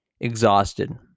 Exhausted